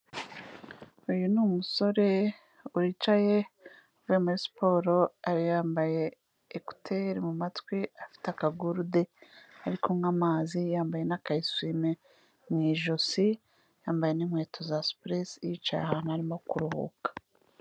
Uyu ni umusore wicaye avuye muri siporo, yambaye ekuteri mu matwi, afite akagurude ari kunywa amazi yambaye n'aka esuwime mu ijosi, yambaye n'inkweto za supuresi yicaye ahantu arimo kuruhuka.